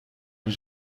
een